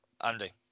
Andy